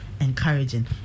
encouraging